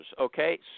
okay